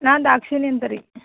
ನಾನು ದಾಕ್ಷಾಯಿಣಿ ಅಂತ ರಿ